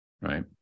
right